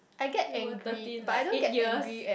we were thirteen like eight years